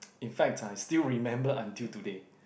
in fact I still remember until today